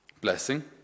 blessing